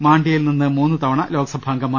മാണ്ഡ്യയിൽ നിന്ന് മൂന്ന് തവണ ലോക്സഭാംഗമായി